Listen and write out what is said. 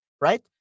right